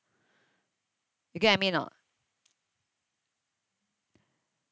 you get what I mean or not